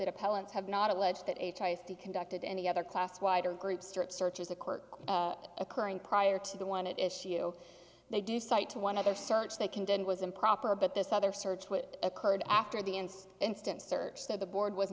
to conducted any other class wider group strip searches a quirk occurring prior to the one it issue they do cite to one other search they contend was improper but this other search what occurred after the instant search that the board w